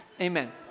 Amen